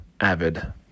avid